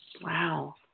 Wow